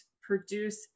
produce